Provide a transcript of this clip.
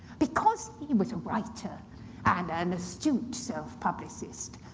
because he was a writer and an astute self-publicist,